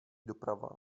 doprava